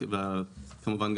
וכמובן,